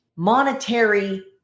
monetary